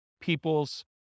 people's